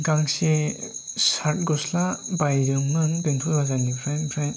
गांसे सार्ट गस्ला बायदोंमोन बेंथल बाजारनिफ्राय आमफ्राय